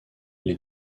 les